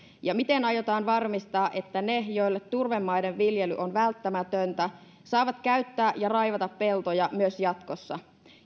ja miten aiotaan varmistaa että ne joille turvemaiden viljely on välttämätöntä saavat käyttää ja raivata peltoja myös jatkossa